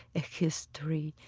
a history,